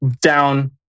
down